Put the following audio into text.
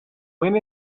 went